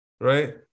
right